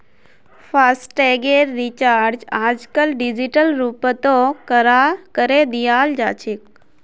फासटैगेर recharge आजकल digital रूपतों करे दियाल जाछेक